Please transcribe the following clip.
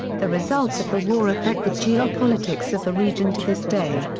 the results of the war affect the geopolitics of the region to this day.